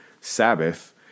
Sabbath